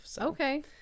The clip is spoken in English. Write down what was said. Okay